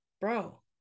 bro